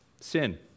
sin